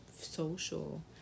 social